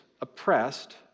oppressed